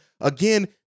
Again